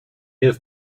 have